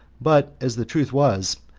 but as the truth was,